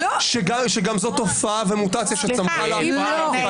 שגם זו תופעה ומוטציה שצמחה לה --- לא.